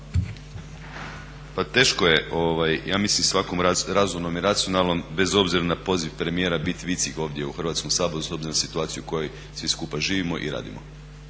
Pa teško je ja mislim svakome razumnome i racionalnom bez obzira na poziv premijera biti … /Govornik se ne razumije./… ovdje u Hrvatskom saboru s obzirom na situaciju u kojoj svi skupa živimo i radimo.